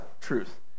truth